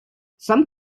some